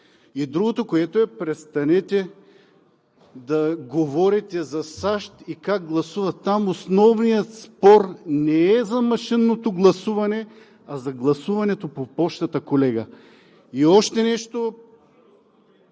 И другото, което е: престанете да говорите за САЩ и как гласуват. Основният спор там не е за машинното гласуване, а е за гласуването по пощата, колега. И още нещо.